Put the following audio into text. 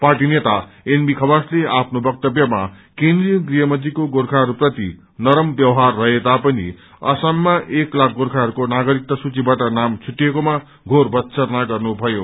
party नेता N खवासले आफ्नो वक्तव्यमा केन्द्रीय गृहमन्त्रीको गोर्खाहरू प्रति नरम ब्यवहारू रहे तापनि असममा एक लाख गोर्खाहरूको नागरिकता सूचिबाट नाम छुट्टिएकोमा घोर भत्सना गर्नु भयो